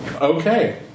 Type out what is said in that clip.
Okay